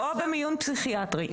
או במיון פסיכיאטרי,